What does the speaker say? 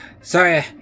Sorry